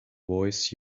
voice